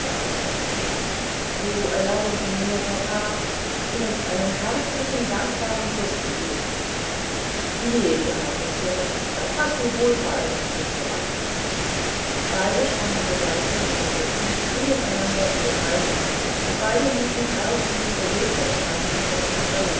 alte so erlauben sie mir papa ihnen einen herzlichen dankbaren kuß zu geben je du herzensjunge das hast du wohlfeil rief herr bantes beide sprangen sogleich von ihren sitzen fielen einander um den hals und beide ließen erst mit bewegterem herzen voneinander